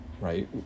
right